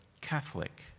Catholic